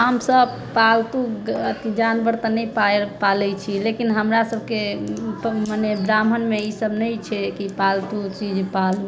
हमसभ पालतू अथि जानवर तऽ नइ पाइ पालै छी लेकिन हमरासभकेँ मने ब्राह्मणमे ई सभ नहि छै कि पालतू चीज पालू